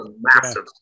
massive